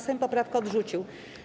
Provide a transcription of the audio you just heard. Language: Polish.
Sejm poprawkę odrzucił.